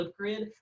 Flipgrid